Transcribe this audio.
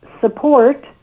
support